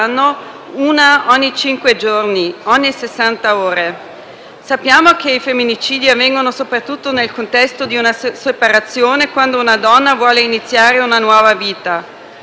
una ogni cinque giorni, ogni sessanta ore. Sappiamo che i femminicidi avvengono soprattutto nel contesto di una separazione, quando una donna vuole iniziare una nuova vita.